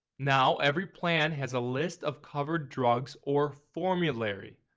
now every plan has a list of covered drugs or formulary.